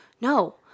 No